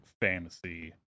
fantasy